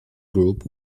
group